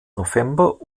november